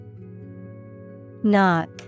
Knock